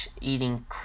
eating